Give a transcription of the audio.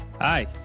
Hi